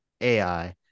AI